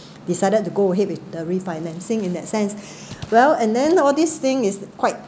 decided to go ahead with the refinancing in that sense well and then all these thing is quite